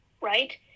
Right